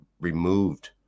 removed